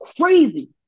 crazy